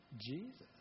Jesus